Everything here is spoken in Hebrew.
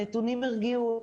הנתונים הרגיעו אותי.